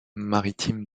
maritime